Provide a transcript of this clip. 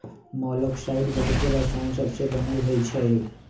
मोलॉक्साइड्स बहुते रसायन सबसे बनल होइ छइ